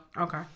Okay